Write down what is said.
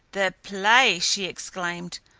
the play! she exclaimed.